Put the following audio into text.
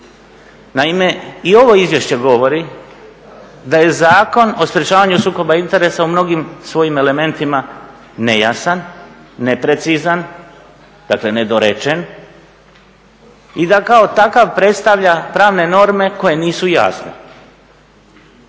Naime, i ovo izvješće govori da je Zakon o sprečavanju sukoba interesa u mnogim svojim elementima nejasan, neprecizan, dakle nedorečen i da kao takav predstavlja pravne norme koje nisu jasne.